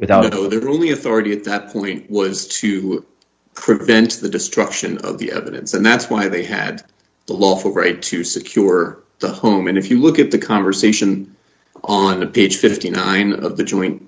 without it oh the only authority at that point was to prevent the destruction of the evidence and that's why they had the lawful right to secure the home and if you look at the conversation on the page fifty nine of the joint